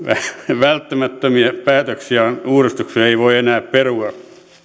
välttämättömiä päätöksiä ja uudistuksia ei voi enää perua